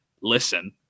listen